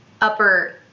upper